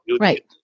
Right